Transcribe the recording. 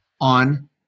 on